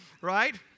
right